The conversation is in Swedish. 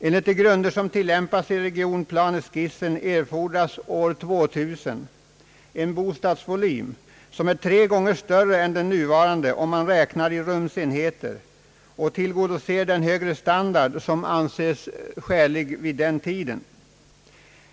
Enligt de grunder som tillämpas i regionplane skissen erfordras år 2000 en bostadsvolym som är tre gånger större än den nuvarande, om man räknar i rumsenheter och tillgodoser den högre standard som anses skälig vid den tiden.